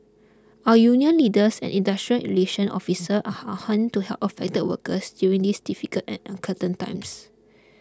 our union leaders and industrial relations officers are on hand to help affected workers during these difficult and uncertain times